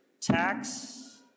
tax